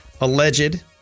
alleged